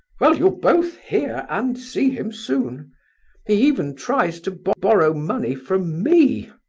well, you'll both hear and see him soon he even tries to borrow money from me.